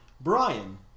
Brian